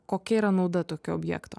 kokia yra nauda tokio objekto